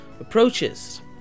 approaches